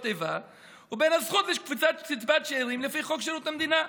איבה ובין הזכות לקצבת שאירים לפי חוק שירות המדינה,